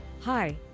Hi